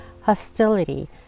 hostility